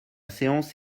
séance